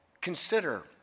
Consider